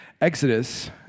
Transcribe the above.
Exodus